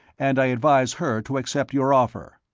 and i advise her to accept your offer.